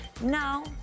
No